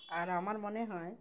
আর আমার মনে হয়